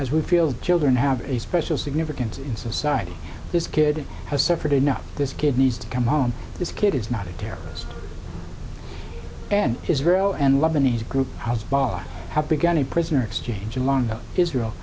as we feel children have a special significance in society this kid has suffered enough this kid needs to come home this kid is not a terrorist and israel and lebanese group house box have begun a prisoner exchange along the israel